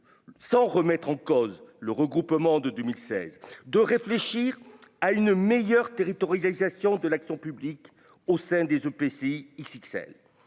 sans remettre en cause le regroupement de 2016 de réfléchir à une meilleure territorialisation de l'action publique au sein des EPCI XXL,